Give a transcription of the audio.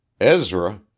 Ezra